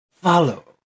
Follow